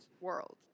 world